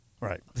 Right